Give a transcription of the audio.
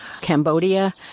Cambodia